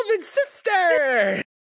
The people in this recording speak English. sister